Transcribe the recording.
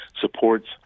supports